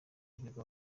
ibigo